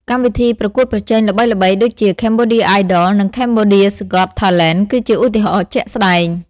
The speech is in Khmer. កម្មវិធីប្រកួតប្រជែងល្បីៗដូចជា Cambodia Idol និង Cambodia's Got Talent គឺជាឧទាហរណ៍ជាក់ស្តែង។